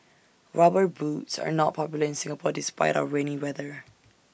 rubber boots are not popular in Singapore despite our rainy weather